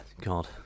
God